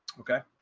okay.